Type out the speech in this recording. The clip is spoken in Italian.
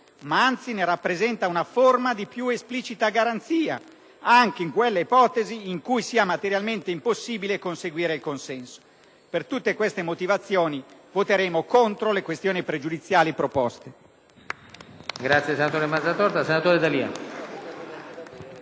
ma anzi ne rappresenta una forma di più esplicita garanzia, anche in quelle ipotesi in cui sia materialmente impossibile conseguire il consenso. Per tutte queste motivazioni, voteremo contro le questioni pregiudiziali proposte.